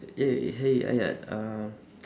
hey hey ayat um